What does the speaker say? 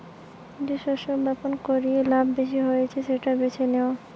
যে শস্য বপণ কইরে লাভ বেশি হতিছে সেটা বেছে নেওয়া